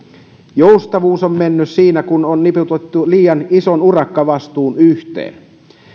joustavuus on mennyt siinä kun on niputettu liian iso urakkavastuu yhteen